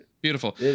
Beautiful